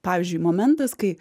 pavyzdžiui momentas kai